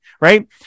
Right